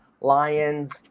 Lions